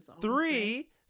Three